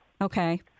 Okay